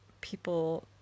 people